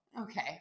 Okay